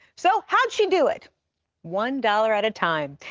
so, howd she do it one dollar at a time.